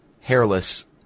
hairless